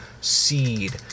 seed